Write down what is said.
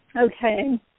Okay